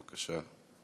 בבקשה.